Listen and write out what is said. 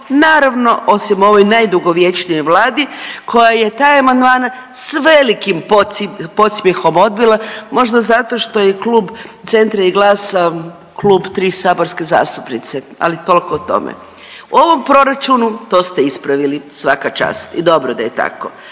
naravno osim ovoj najdugovječnijoj Vladi koja je taj amandman s velikim podsmjehom odbila, možda zato što je klub Centra i GLAS klub tri saborske zastupnice. Ali tolko o tome. U ovom proračunu to ste ispravili, svaka čast i dobro da je tako,